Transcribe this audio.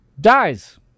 dies